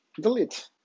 delete